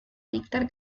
dictar